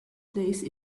place